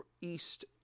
east